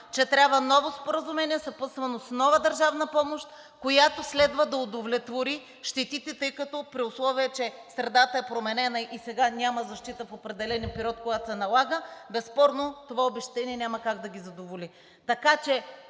че трябва ново споразумение, съпътствано с нова държавна помощ, която следва да удовлетвори щетите. При условие че средата е променена и сега няма защита в определен период, когато се налага, безспорно това обезщетение няма как да ги задоволи,